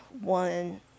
one